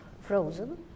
frozen